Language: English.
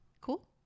cool